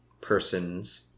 persons